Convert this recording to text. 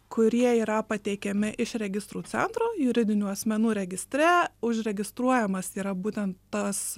kurie yra pateikiami iš registrų centro juridinių asmenų registre užregistruojamas yra būtent tas